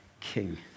King